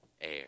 air